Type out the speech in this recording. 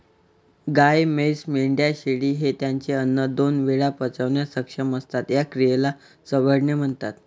गाय, म्हैस, मेंढ्या, शेळी हे त्यांचे अन्न दोन वेळा पचवण्यास सक्षम असतात, या क्रियेला चघळणे म्हणतात